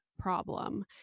Problem